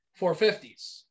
450s